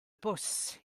bws